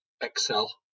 excel